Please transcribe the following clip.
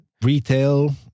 Retail